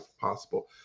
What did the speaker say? possible